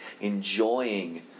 enjoying